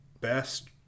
best